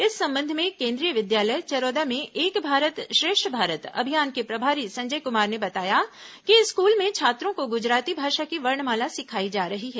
इस संबंध में केन्द्रीय विद्यालय चरौदा में एक भारत श्रेष्ठ भारत अभियान के प्रभारी संजय कुमार ने बताया कि स्कूल में छात्रों को गुजराती भाषा की वर्णमाला सिखाई जा रही है